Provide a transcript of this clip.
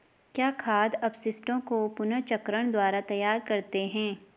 क्या खाद अपशिष्टों को पुनर्चक्रण द्वारा तैयार करते हैं?